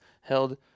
held